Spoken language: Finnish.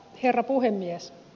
herra puhemies